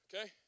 Okay